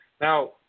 now